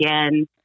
again